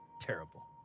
terrible